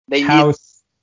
House